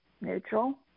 neutral